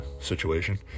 situation